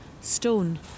stone